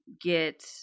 get